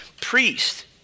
priest